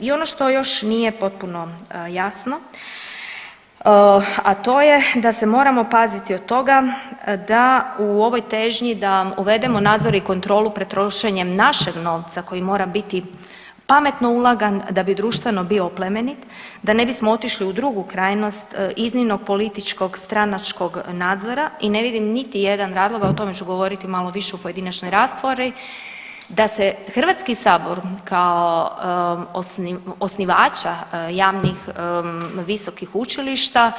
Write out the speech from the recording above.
I ono što još nije potpuno jasno, a to je da se moramo paziti od toga da u ovoj težnji da uvedemo nadzor i kontrolu pri trošenjem našeg novca koji mora biti pametno ulagan da bi društveno bio oplemenit, da ne bismo otišli u drugu krajnost iznimnog političkog i stranačkog nadzora i ne vidim niti jedan razlog, a o tome ću govoriti malo više u pojedinačnoj raspravi, da se HS kao osnivača javnih visokih učilišta